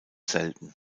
selten